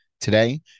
Today